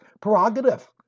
prerogative